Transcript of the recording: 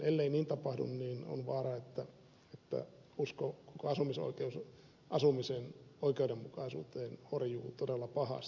ellei niin tapahdu on vaara että usko koko asumisoikeusasumisen oikeudenmukaisuuteen horjuu todella pahasti